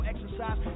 Exercise